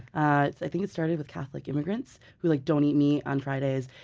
i think it started with catholic immigrants who like don't eat meat on fridays,